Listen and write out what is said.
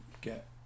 get